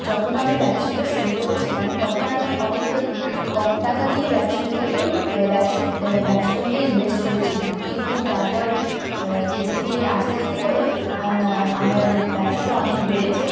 যখন আমি ব্যবসাটা শুরু করেছিলাম তখন আমি অনেক কম টাকা দিয়ে ব্যবসাটাকে ব্যবসা ব্যবসার মধ্যে ইনভেস্ট করেছিলাম কিন্তু তারপর ধীরে ধীরে আস্তে আস্তে করে আমা আমার ব্যবসাটা অনেক বেড়েছে